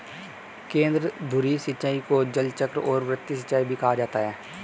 केंद्रधुरी सिंचाई को जलचक्र और वृत्त सिंचाई भी कहा जाता है